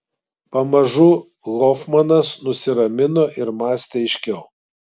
pamažu hofmanas nusiramino ir mąstė aiškiau